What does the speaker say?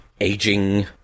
aging